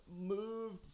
Moved